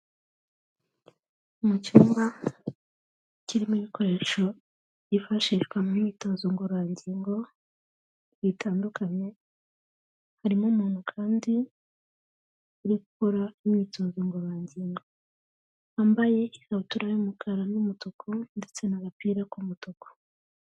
Mu kibuga kirimo ibikoresho byifashishwa mu myitozo ngororangingo zitandukanye, harimo umuntu kandi uri gukora imyitozo ngororangingo, wambaye ikabutura y'umukara n'umutuku ndetse n'agapira k'umutuku.